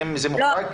זה מוחרג?